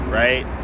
right